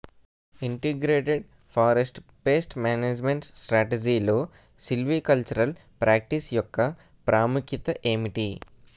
Integrated forest pest management స్ట్రాటజీలో silvicultural practice యెక్క ప్రాముఖ్యత ఏమిటి??